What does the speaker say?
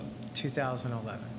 2011